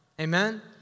Amen